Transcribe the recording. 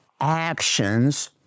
actions